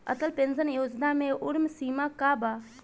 Atal pension Yojana मे उम्र सीमा का बा?